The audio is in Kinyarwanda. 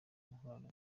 intwaro